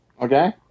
Okay